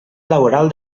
laboral